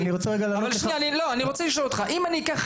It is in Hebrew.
אבל אני רוצה רגע לענות לך.